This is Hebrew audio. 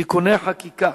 (תיקוני חקיקה),